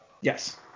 Yes